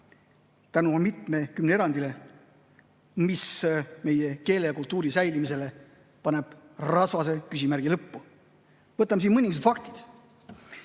aluseid mitmekümne erandi abil, mis meie keele ja kultuuri säilimisele paneb rasvase küsimärgi lõppu. Võtame mõningad faktid.